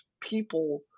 people